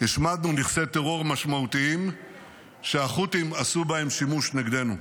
השמדנו נכסי טרור משמעותיים שהחות'ים עשו בהם שימוש נגדנו.